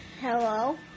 Hello